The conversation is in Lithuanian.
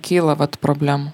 kyla vat problemų